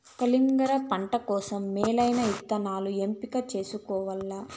కలింగర పంట కోసం మేలైన ఇత్తనాలను ఎంపిక చేసుకోవల్ల